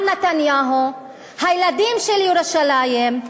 מר נתניהו, הילדים של ירושלים,